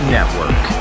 Network